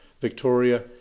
victoria